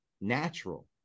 natural